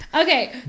Okay